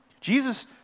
Jesus